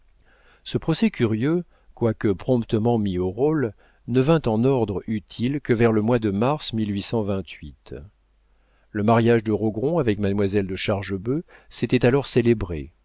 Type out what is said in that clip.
ce procès curieux quoique promptement mis au rôle ne vint en ordre utile que vers le mois de mars le mariage de rogron avec mademoiselle de chargebœuf s'était alors célébré